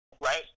right